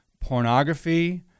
pornography